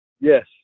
Yes